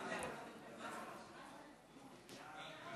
סעיפים 1